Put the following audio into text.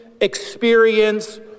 experience